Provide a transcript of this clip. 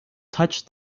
touched